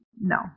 No